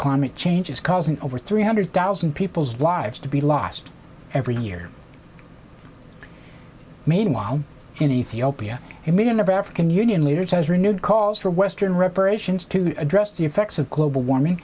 climate change is causing over three hundred thousand people's lives to be lost every year meanwhile in ethiopia and millions of african union leaders has renewed calls for western reparations to address the effects of global warming